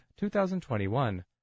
2021